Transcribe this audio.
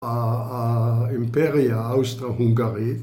‫האימפריה האוסטרו-הונגרית.